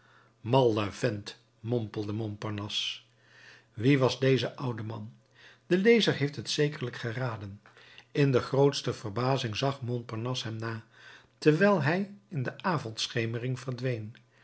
malle vent mompelde montparnasse wie was deze oude man de lezer heeft het zekerlijk geraden in de grootste verbazing zag montparnasse hem na terwijl hij in de avondschemering verdween